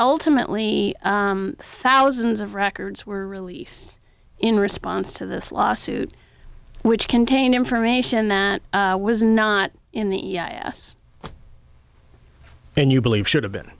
ultimately thousands of records were released in response to this lawsuit which contained information that was not in the us and you believe should have been